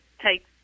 take